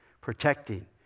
protecting